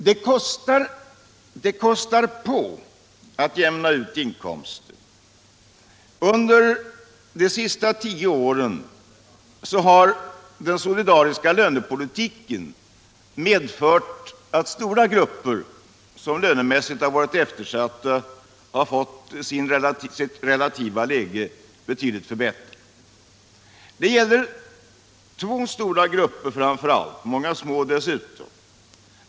Det kostar att jämna ut inkomster. Under de senaste tio åren har den solidariska lönepolitiken medfört att stora grupper, som lönemässigt varit eftersatta, har fått sitt relativa läge betydligt förbättrat. Det gäller framför allt två stora grupper men många små dessutom.